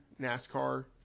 NASCAR